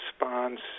response